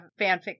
fanfic